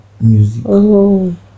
music